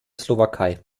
slowakei